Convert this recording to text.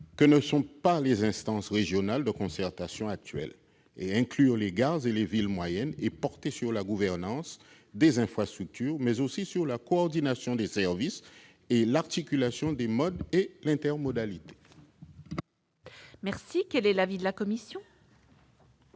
que ne le font les instances régionales de concertation actuelles, inclure les gares des villes moyennes et porter sur la gouvernance des infrastructures, mais également sur la coordination des services, l'articulation des modes et l'intermodalité. Quel est l'avis de la commission ?